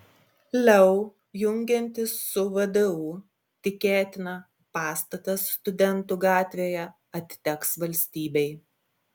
leu jungiantis su vdu tikėtina pastatas studentų gatvėje atiteks valstybei